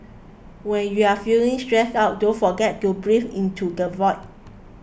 when you are feeling stressed out don't forget to breathe into the void